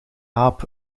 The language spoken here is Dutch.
aap